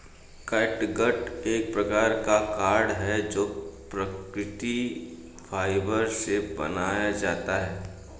catgut एक प्रकार का कॉर्ड है जो प्राकृतिक फाइबर से बनाया जाता है